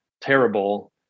terrible